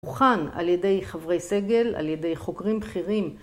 מוכן על ידי חברי סגל, על ידי חוקרים בכירים.